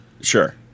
Sure